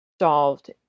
solved